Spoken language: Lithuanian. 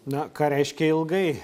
na ką reiškia ilgai